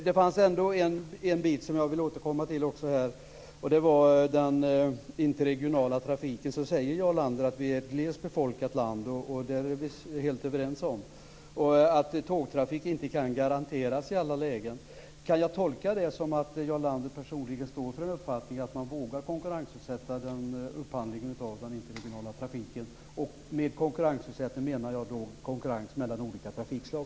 Det finns en fråga som jag vill återkomma till, och det är den interregionala trafiken. Jarl Lander säger att Sverige är ett glest befolkat land, och vi är helt överens om det. Han säger att tågtrafik inte kan garanteras i alla lägen. Kan jag tolka det så att Jarl Lander personligen står för den uppfattningen att man vågar konkurrensutsätta upphandlingen av den interregionala trafiken? Med konkurrensutsättning menar jag då konkurrens mellan olika trafikslag.